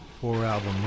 four-album